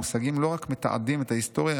המושגים לא רק מתעדים את ההיסטוריה,